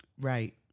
Right